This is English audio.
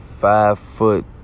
five-foot